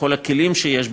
בכל הכלים שיש,